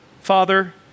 Father